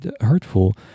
hurtful